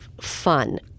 fun